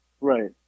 right